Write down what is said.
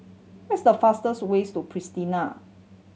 where is the fastest ways to Pristina